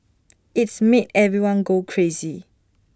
it's made everyone go crazy